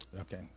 Okay